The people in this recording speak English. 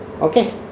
Okay